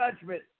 judgment